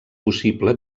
possible